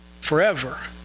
forever